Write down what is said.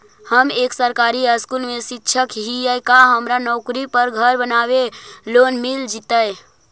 हम एक सरकारी स्कूल में शिक्षक हियै का हमरा नौकरी पर घर बनाबे लोन मिल जितै?